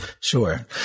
Sure